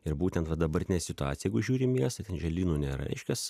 ir būtent va dabartinę situaciją jeigu žiūrim mieste ten želdynų nėra reiškias